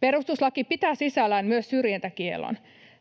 Perustuslaki pitää sisällään myös syrjintäkiellon.